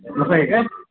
असं आहे काय